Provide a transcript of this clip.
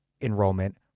enrollment